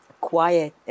quiet